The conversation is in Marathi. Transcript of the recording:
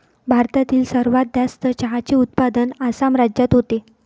भारतातील सर्वात जास्त चहाचे उत्पादन आसाम राज्यात होते